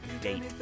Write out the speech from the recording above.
date